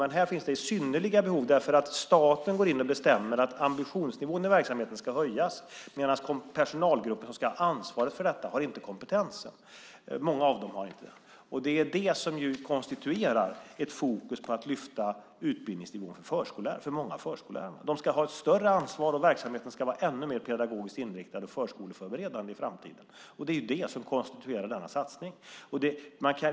Men här finns det synnerliga behov, därför att staten går in och bestämmer att ambitionsnivån i verksamheten ska höjas, eftersom personalgruppen som ska ha ansvaret för detta inte har kompetensen - många av dem har inte det. Det är det som konstituerar ett fokus på att lyfta utbildningsnivån hos många av förskollärarna. De ska ha ett större ansvar och verksamheten ska vara ännu mer pedagogiskt inriktad och skolförberedande i framtiden. Det är det som konstituerar denna satsning.